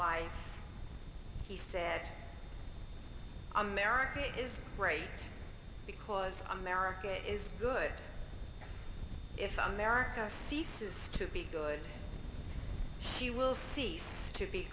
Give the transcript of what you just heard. life he said america is great because america is good if america ceases to be good you will cease to be